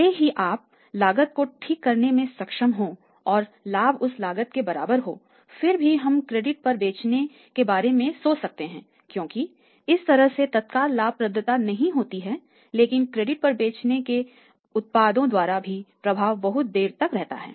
भले ही आप लागत को ठीक करने में सक्षम हों और लाभ उस लागत के बराबर हो फिर भी हम क्रेडिट पर बेचने के बारे में सोच सकते हैं क्योंकि इस तरह से तत्काल लाभप्रदता नहीं होती है लेकिन क्रेडिट पर बेचने के उत्पादों द्वारा भी प्रभाव बहुत देर तक रहता है